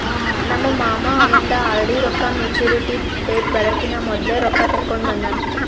ನಮ್ ಮಾಮಾ ಅವಂದ್ ಆರ್.ಡಿ ರೊಕ್ಕಾ ಮ್ಯಚುರಿಟಿ ಡೇಟ್ ಬರಕಿನಾ ಮೊದ್ಲೆ ರೊಕ್ಕಾ ತೆಕ್ಕೊಂಡ್ ಬಂದಾನ್